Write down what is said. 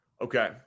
Okay